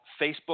Facebook